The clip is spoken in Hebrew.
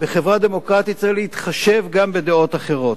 בחברה דמוקרטית צריך להתחשב גם בדעות אחרות,